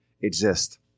exist